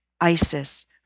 Isis